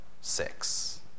six